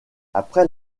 après